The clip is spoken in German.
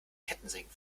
kettensägen